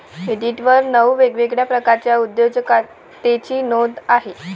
इंडिडवर नऊ वेगवेगळ्या प्रकारच्या उद्योजकतेची नोंद आहे